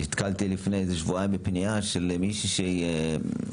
נתקלתי לפני שבועיים בפנייה של מישהי מפה,